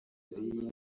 z’iyi